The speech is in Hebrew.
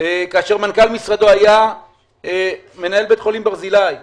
כאשר מנכ"ל משרדו היה מנהל בית חולים ברזילי באשקלון,